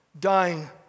Dying